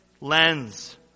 lens